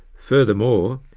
furthermore,